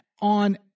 on